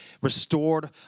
restored